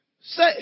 Say